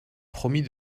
promit